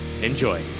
Enjoy